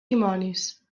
dimonis